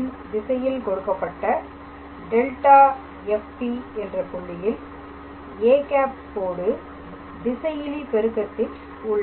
ன் திசையில் கொடுக்கப்பட்ட∇⃗⃗f P என்ற புள்ளியில் â ரோடு திசையிலி பெருக்கத்தில் உள்ளது